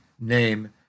name